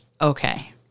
Okay